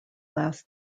last